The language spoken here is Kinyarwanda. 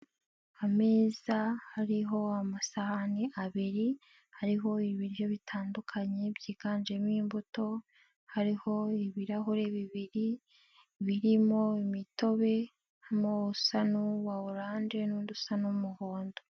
Ameza hariho amasahani abiri, hariho ibiryo bitandukanye byiganjemo imbuto, hariho ibirahuri bibiri birimo imitobe, harimo usa n'uwa orange n'undi usa n'umuhondo.